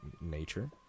nature